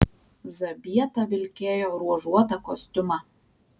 zabieta vilkėjo ruožuotą kostiumą